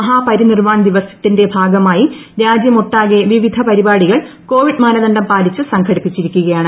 മഹാപരിനിർവൻ ദിവസത്തിന്റെ ഭാഗമായി രാജ്യമൊട്ടാകെ വിവിധ പരിപാടികൾ കോവിഡ് മാനദണ്ഡം പാലിച്ച് സംഘടിപ്പിച്ചിരിക്കുകയാണ്